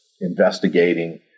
investigating